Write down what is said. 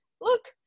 look